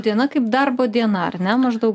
diena kaip darbo diena ar ne maždaug